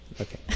Okay